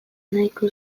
nahiko